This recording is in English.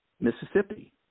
Mississippi